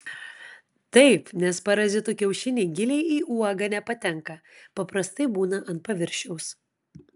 taip nes parazitų kiaušiniai giliai į uogą nepatenka paprastai būna ant paviršiaus